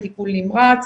טיפול נמרץ,